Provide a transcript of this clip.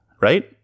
right